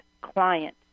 client